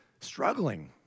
struggling